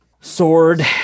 sword